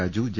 Raju J